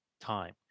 time